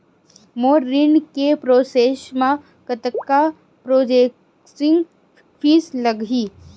मोर ऋण के प्रोसेस म कतका प्रोसेसिंग फीस लगही?